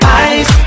eyes